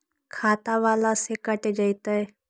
खाता बाला से कट जयतैय?